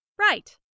Right